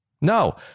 No